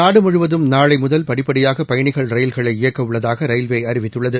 நாடு முழுவதம் நாளை முதல் படிப்படியாக பயணிகள் ரயில்களை இயக்க உள்ளதாக ரயில்வே அறிவித்துள்ளது